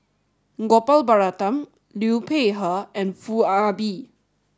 Gopal Baratham Liu Peihe and Foo Ah Bee